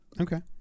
Okay